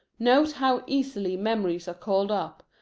note how easily memories are called up,